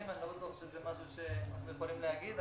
ואני לא בטוח שזה משהו שאנחנו יכולים להגיד,